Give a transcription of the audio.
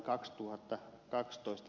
arvoisa puhemies